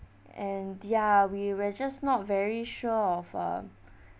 and ya we were just not very sure of uh